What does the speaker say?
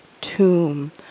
tomb